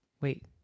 wait